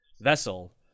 vessel